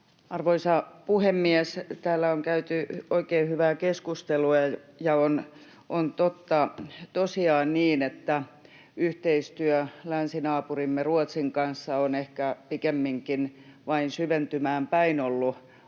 Arvoisa puhemies! Täällä on käyty oikein hyvää keskustelua. Ja on totta tosiaan niin, että yhteistyö länsinaapurimme Ruotsin kanssa on ehkä pikemminkin vain syventymään päin ollut